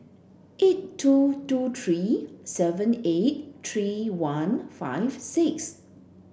eight two two three seven eight three one five six